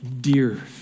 dear